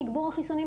תיגבור החיסונים,